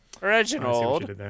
Reginald